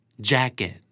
jacket